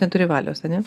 neturi valios a ne